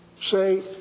say